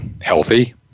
healthy